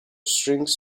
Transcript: strings